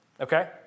Okay